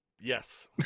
yes